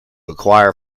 acquire